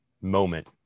moment